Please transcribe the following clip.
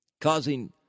causing